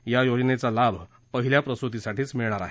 या योजनेचा लाभ पहिल्या प्रसूतीसाठीच मिळणार आहे